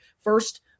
First